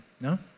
no